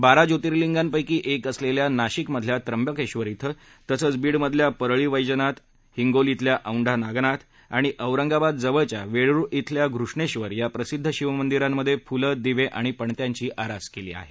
बारा ज्योतीर्लींगांपैकी एक असलेल्या नाशिकमधल्या त्रंबकेशर इथं तसंच बीडमधल्या परळी वैजनाथ हिंगोलितल्या औंढा नागनाथ आणि औरंगाबादजवळच्या वेरुळ इथल्या घृष्णेश्वर या प्रसिद्ध शिवमंदीरांमध्ये फुलं दिवे आणि पणत्यांची आरास केली आहे